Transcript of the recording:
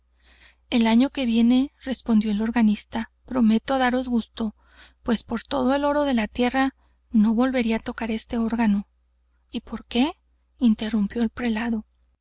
el año que viene respondió el organista prometo daros gusto pues por todo el oro de la tierra no volvería á tocar este órgano y por qué interrumpió el prelado